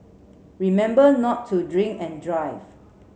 remember not to drink and drive